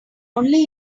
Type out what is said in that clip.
only